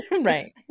Right